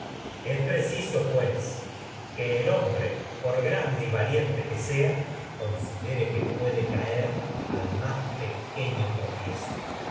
premios preciso sea pues que castigos valiente es el hombre por grande y que considere que puede caer al más en pequeño